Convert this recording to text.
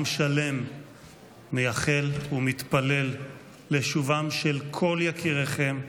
עם שלם מייחל ומתפלל לשובם של כל יקיריכם,